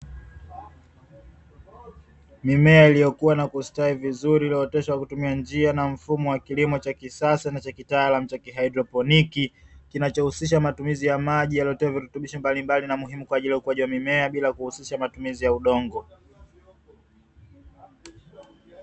Mimea iliyokuwa na kustawi vizuri iliyootesha kwa kutumia njia ya mfumo wa kilimo cha kisasa cha kitaalamu haidroponi, kinachousisha matumizi ya maji yaliyotiwa virutubisho mbalimbali na muhimu kwa ajili ya ukuwaji wa mimea bila kuhusisha matumizi ya udongo.